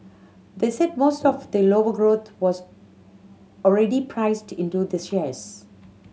they said most of the lower growth was already priced into the shares